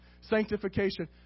sanctification